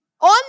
On